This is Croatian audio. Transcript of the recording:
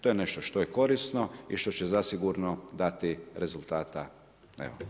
To je nešto što je korisno i što će zasigurno dati rezultata.